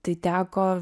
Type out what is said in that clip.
tai teko